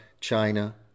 China